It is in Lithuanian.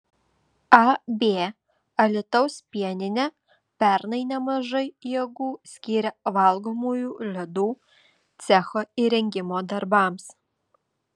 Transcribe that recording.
ab alytaus pieninė pernai nemažai jėgų skyrė valgomųjų ledų cecho įrengimo darbams